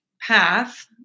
path